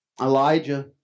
Elijah